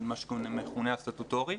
מה שמכונה הסטטוטורי.